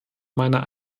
meiner